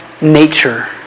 nature